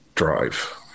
drive